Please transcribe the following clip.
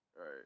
right